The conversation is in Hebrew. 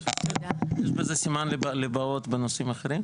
יש בזה סימן לבאות בנושאים אחרים?